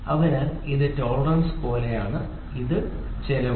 അതിനാൽ ഇത് ടോളറൻസ് പോലെയാണ് ഇത് ചെലവ്